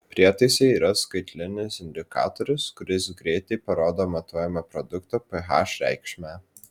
prietaise yra skaitlinis indikatorius kuris greitai parodo matuojamo produkto ph reikšmę